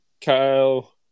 Kyle